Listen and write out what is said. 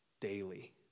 daily